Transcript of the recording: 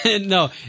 No